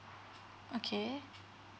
okay